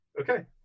Okay